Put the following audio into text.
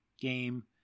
game